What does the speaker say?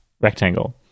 rectangle